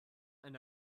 and